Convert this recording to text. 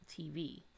tv